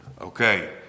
okay